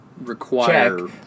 require